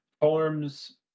forms